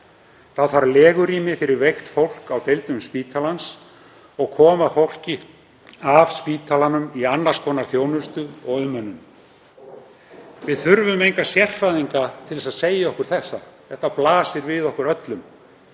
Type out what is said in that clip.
Þá þarf legurými fyrir veikt fólk á deildum spítalans og koma fólki af spítalanum í annars konar þjónustu og umönnun. Við þurfum enga sérfræðinga til þess að segja okkur það, jafnvel þótt þeim